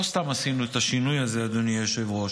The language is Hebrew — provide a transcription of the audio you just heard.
לא סתם עשינו את השינוי הזה, אדוני היושב-ראש.